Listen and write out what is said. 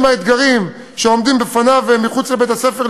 האתגרים העומדים בפניהם מחוץ לבית-הספר,